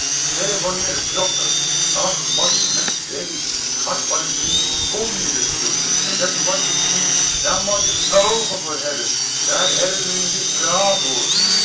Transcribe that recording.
telefoneer de dokter ach god me bennie me schat van n kind hoe kom je d'r toe en dat mot ik zien daar root ik oogen voor hebben daar hebben